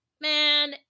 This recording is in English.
man